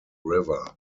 river